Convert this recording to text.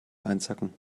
einsacken